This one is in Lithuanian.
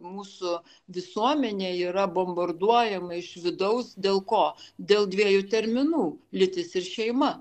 mūsų visuomenė yra bomborduojama iš vidaus dėl ko dėl dviejų terminų lytis ir šeima